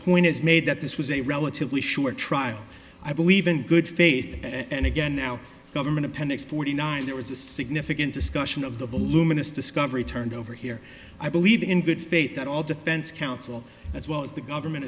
point is made that this was a relatively sure trial i believe in good faith and again now government appendix forty nine there was a significant discussion of the voluminous discovery turned over here i believe in good faith that all defense counsel as well as the government